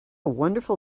wonderful